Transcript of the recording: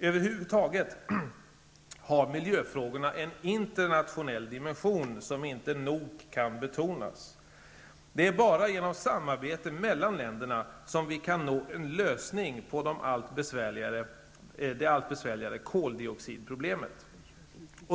Över huvud taget har miljöfrågorna en internationell dimension som inte nog kan betonas. Endast genom samarbete mellan länderna kan vi nå en lösning på det allt besvärligare koldioxidproblemet.